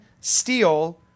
Steel